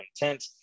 intent